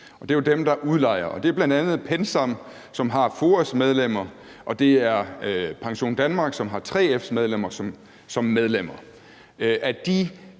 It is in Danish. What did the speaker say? det er jo dem, der udlejer, og det er bl.a. PenSam, som har FOA's medlemmer, og det er PensionDanmark, som har 3F's medlemmer. De